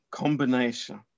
combination